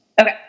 Okay